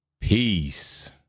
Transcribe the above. peace